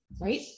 right